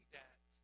debt